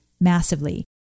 massively